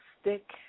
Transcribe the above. stick